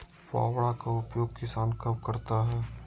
फावड़ा का उपयोग किसान कब करता है?